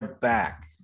back